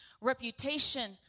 reputation